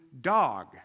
Dog